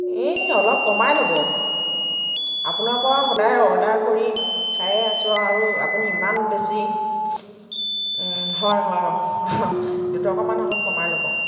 এই অলপ কমাই ল'ব আপোনাৰ পৰা সদায় অৰ্ডাৰ কৰি খায়ে আছোঁ আৰু আপুনি ইমান বেছি হয় অ দুটকামান অলপ কমাই ল'ব